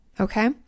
Okay